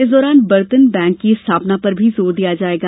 इस दौरान बर्तन बैंक की स्थापना पर भी जोर दिया जायेगा